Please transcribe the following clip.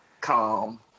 Calm